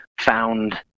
found –